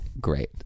Great